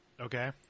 Okay